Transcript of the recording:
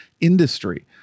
industry